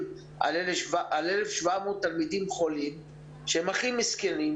על 1,700 תלמידים חולים שהם הכי מסכנים,